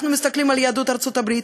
אנחנו מסתכלים על יהדות ארצות-הברית,